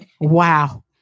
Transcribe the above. Wow